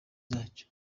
zacyo